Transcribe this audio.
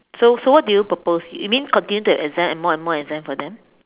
so so what do you propose you mean continue to exam and more and more exam for them